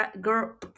girl